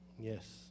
Yes